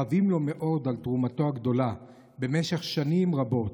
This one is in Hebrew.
חבים לו מאוד על תרומתו הגדולה במשך שנים רבות,